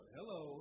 Hello